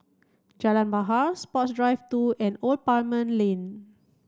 Jalan Bahar Sports Drive two and Old Parliament Lane